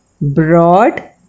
broad